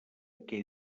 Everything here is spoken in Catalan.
què